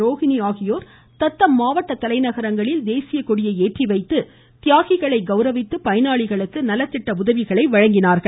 ரோகிணி ஆகியோர் தத்தம் மாவட்ட தலைநகரங்களில் தேசியக்கொடியை ஏற்றி வைத்து தியாகிககளை கௌரவித்து பயனாளிகளுக்கு நலத்திட்ட உதவிகளை வழங்கினார்கள்